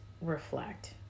reflect